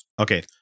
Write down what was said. Okay